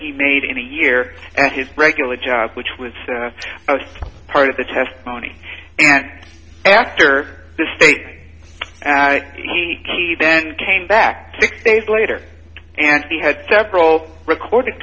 he made in a year and his regular job which was part of the testimony and after the state and then came back six days later and he had several recorded